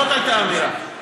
זאת הייתה האמירה.